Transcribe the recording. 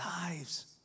lives